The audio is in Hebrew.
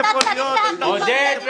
--- אין שום בעיה.